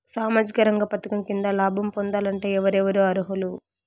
సామాజిక రంగ పథకం కింద లాభం పొందాలంటే ఎవరెవరు అర్హులు?